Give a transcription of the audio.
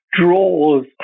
draws